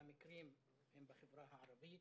הם בחברה הערבית,